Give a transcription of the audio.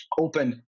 open